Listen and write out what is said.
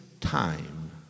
time